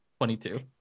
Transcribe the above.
22